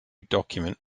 document